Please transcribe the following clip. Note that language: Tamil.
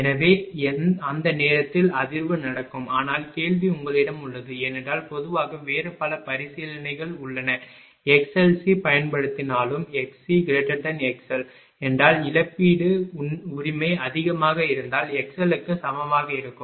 எனவே அந்த நேரத்தில் அதிர்வு நடக்கும் ஆனால் கேள்வி உங்களிடம் உள்ளது ஏனென்றால் பொதுவாக வேறு பல பரிசீலனைகள் உள்ளன எக்ஸ்சி பயன்படுத்தினாலும் xCxl என்றால் இழப்பீட்டு உரிமை அதிகமாக இருந்தால் xl க்கு சமமாக இருக்கும்